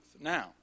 Now